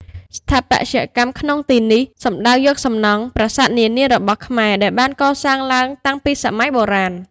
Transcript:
ស្ថាបត្យកម្មក្នុងទីនេះសំដៅយកសំណង់ ប្រាសាទនានារបស់ខ្មែរដែលបានកសាងឡើងតាំងពីសម័យ បុរាណ។